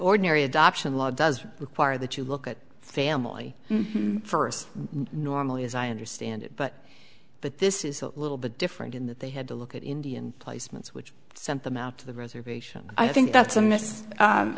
ordinary adoption law does require that you look at family first normally as i understand it but but this is a little bit different in that they had to look at indian placements which sent them out to the reservation i think that's